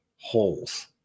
holes